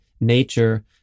nature